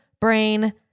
brain